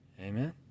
amen